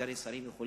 סגני שרים יכולים